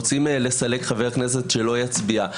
רוצים לסלק חבר כנסת שלא יצביע.